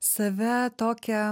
save tokią